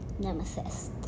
nemesis